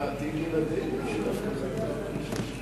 בסדר-היום של הכנסת נתקבלה.